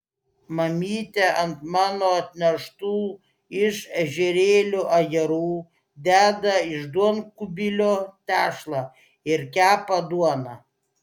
mamytė ant mano atneštų iš ežerėlio ajerų deda iš duonkubilio tešlą ir kepa duoną